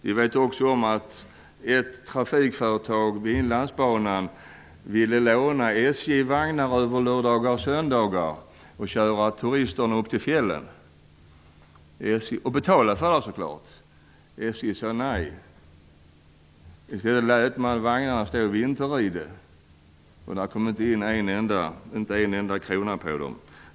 Vi vet också att ett trafikföretag vid Inlandsbanan ville låna SJ-vagnar över lördagar och söndagar och köra turister upp till fjällen -- och betala för det naturligtvis. SJ sade nej. I stället lät man vagnarna stå i vinteride. Det kom inte in en enda krona på dem.